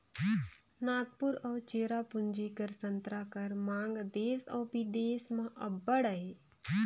नांगपुर अउ चेरापूंजी कर संतरा कर मांग देस अउ बिदेस में अब्बड़ अहे